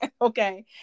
Okay